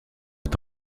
est